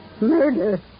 Murder